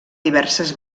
diverses